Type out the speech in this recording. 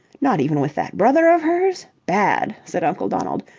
not even with that brother of hers? bad! said uncle donald.